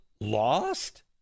lost